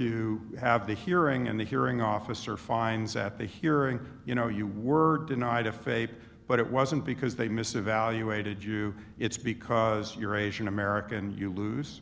you have the hearing and the hearing officer finds at the hearing you know you were denied a faith but it wasn't because they miss evaluated you it's because you're asian american you lose